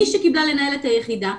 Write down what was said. מי שקיבלה לנהל את היחידה,